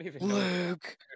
Luke